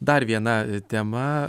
dar viena tema